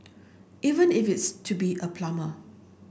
even if it's to be a plumber